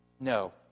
No